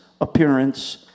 appearance